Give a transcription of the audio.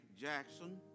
Jackson